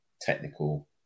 technical